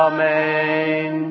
Amen